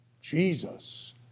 Jesus